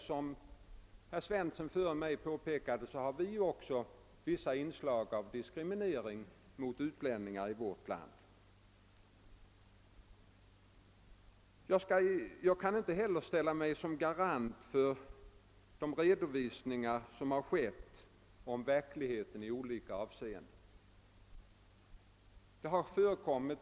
Som herr Svensson i Eskilstuna påpekat före mig förekommer även i vårt land inslag av diskriminering mot utlänningar, men jag kan inte heller garantera riktigheten i detaljer i de redovisningar som gjorts beträffande förhållandena för zigenare i olika länder.